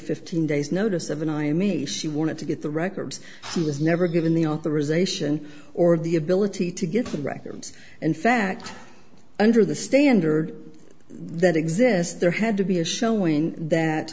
fifteen days notice of and i am me she wanted to get the records she was never given the authorization or the ability to get the records in fact under the standard that exists there had to be a showing that